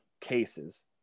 cases